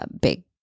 big